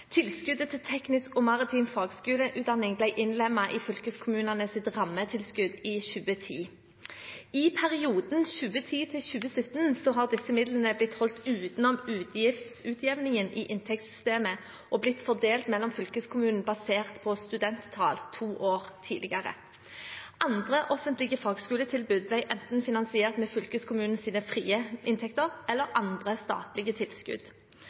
Tilskuddet til teknisk og maritim fagskoleutdanning ble innlemmet i fylkeskommunenes rammetilskudd i 2010. I perioden 2010 til 2017 har disse midlene blitt holdt utenom utgiftsutjevningen i inntektssystemet og fordelt mellom fylkeskommunene basert på studenttall to år tidligere. Andre offentlige fagskoletilbud ble enten finansiert av fylkeskommunens frie inntekter eller av andre statlige tilskudd.